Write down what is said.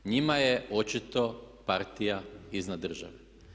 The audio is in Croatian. Njima je očito partija iznad države.